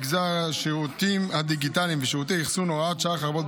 ינון, חצי שעה נאום.